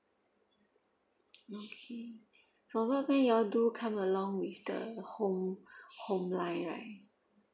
okay for broadband you all do come along with the whole home line right